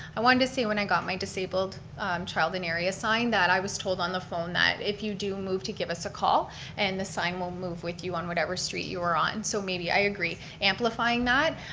i wanted to say when i got my disabled child in area sign that i was told on the phone that if you do move to give us a call and the sign will move with you on whatever street you were on. so i agree, amplifying that,